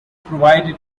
provided